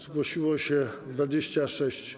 Zgłosiło się 26.